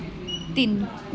ਤਿੰਨ